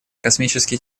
космические